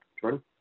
Jordan